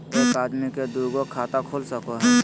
एक आदमी के दू गो खाता खुल सको है?